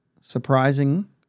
surprising